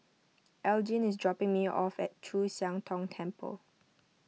Elgin is dropping me off at Chu Siang Tong Temple